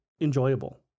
enjoyable